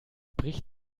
bricht